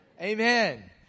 Amen